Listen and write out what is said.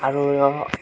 আৰু